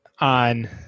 on